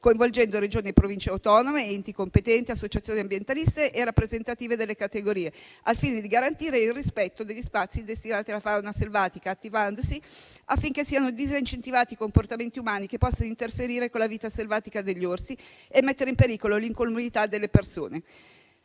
coinvolgendo Regioni e Province autonome, enti competenti, associazioni ambientaliste e rappresentative delle categorie, al fine di garantire il rispetto degli spazi destinati alla fauna selvatica, attivandosi affinché siano disincentivati comportamenti umani che possono interferire con la vita selvatica degli orsi e mettere in pericolo l'incolumità delle persone.